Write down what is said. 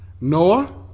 Noah